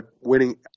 winning